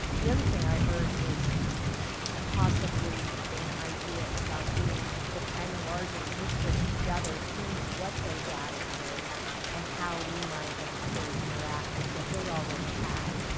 the other thing i heard is possibly an idea about getting the ten largest districts together, seeing what their data is and how we might as a state interact with what they already have.